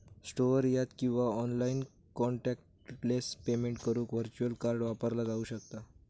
store यात किंवा online contactless payment करुक व्हर्च्युअल कार्ड वापरला जाऊ शकता